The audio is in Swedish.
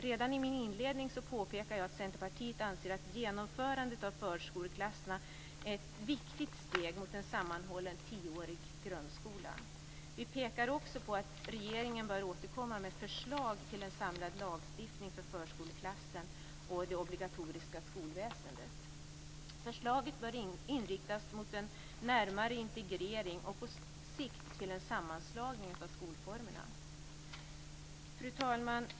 Redan i min inledning påpekade jag att Centerpartiet anser att genomförandet av förskoleklassen är ett viktigt steg mot en sammanhållen tioårig grundskola. Vi pekar också på att regeringen bör återkomma med förslag till en samlad lagstiftning för förskoleklassen och det obligatoriska skolväsendet. Förslaget bör inriktas mot en närmare integrering och på sikt till en sammanslagning av skolformerna. Fru talman!